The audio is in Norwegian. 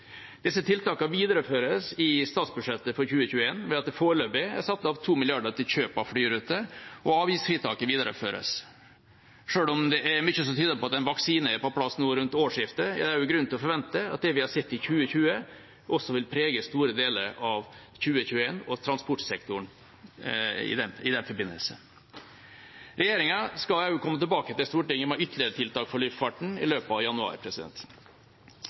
Disse tiltakene videreføres i statsbudsjettet for 2021 ved at det foreløpig er satt av 2 mrd. kr til kjøp av flyruter, og avgiftsfritaket videreføres. Selv om det er mye som tyder på at en vaksine er på plass nå rundt årsskiftet, er det grunn til å forvente at det vi har sett i 2020, også vil prege store deler av 2021 og transportsektoren i den forbindelse. Regjeringa skal også komme tilbake til Stortinget med ytterligere tiltak for luftfarten i løpet av januar.